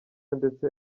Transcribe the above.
ndetse